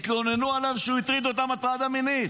התלוננו עליו שהוא הטריד אותן הטרדה מינית.